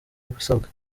ibisabwa